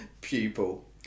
pupil